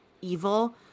evil